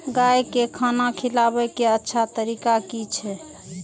गाय का खाना खिलाबे के अच्छा तरीका की छे?